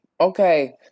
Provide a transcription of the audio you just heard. Okay